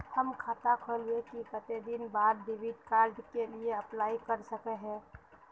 हम खाता खोलबे के कते दिन बाद डेबिड कार्ड के लिए अप्लाई कर सके हिये?